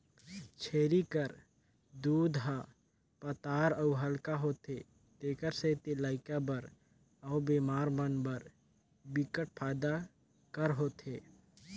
छेरी कर दूद ह पातर अउ हल्का होथे तेखर सेती लइका बर अउ बेमार मन बर बिकट फायदा कर होथे